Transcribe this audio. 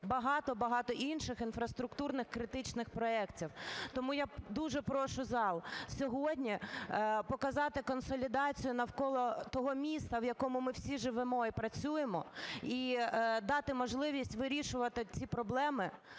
інших інфраструктурних критичних проектів. Тому я дуже прошу зал сьогодні показати консолідацію навколо того міста, в якому ми всі живимо і працюємо, і дати можливість вирішувати ці проблеми